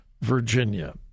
Virginia